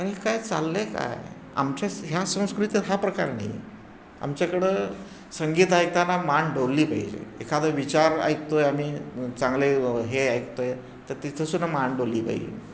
आणि काय चाललं आहे काय आमच्या ह्या संस्कृती हा प्रकार नाही आहे आमच्याकडं संगीत ऐकताना मान डोलली पाहिजे एखादं विचार ऐकतो आहे आम्ही चांगले हे ऐकतो आहे तर तिथं सुद्धा मान डोलली पाहिजे